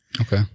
Okay